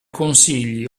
consigli